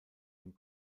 dem